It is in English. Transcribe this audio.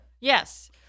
Yes